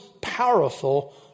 powerful